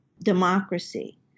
democracy